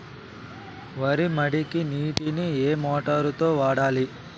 వరి మడికి నీటిని ఏ మోటారు తో వాడాలి?